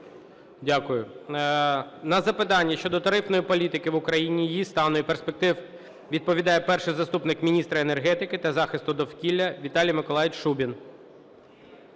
На запитання щодо тарифної політики в Україні, її стану і перспектив відповідає перший заступник міністра енергетики та захисту довкілля Віталій Миколайович Шубін.